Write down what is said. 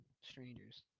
strangers